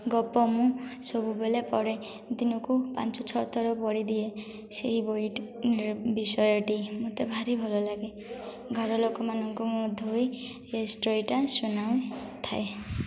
ଗପ ମୁଁ ସବୁବେଳେ ପଢ଼େ ଦିନକୁ ପାଞ୍ଚ ଛଅଥର ପଢ଼ିଦିଏ ସେହି ବହି ବିଷୟଟି ମୋତେ ଭାରି ଭଲ ଲାଗେ ଘର ଲୋକମାନଙ୍କୁ ମଧ୍ୟ ଏଇ ଷ୍ଟୋରୀ'ଟା ଶୁଣାଉ ଥାଏ